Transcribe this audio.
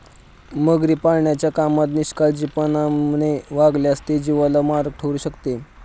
मगरी पाळण्याच्या कामात निष्काळजीपणाने वागल्यास ते जीवाला मारक ठरू शकते